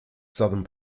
southern